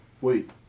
Wait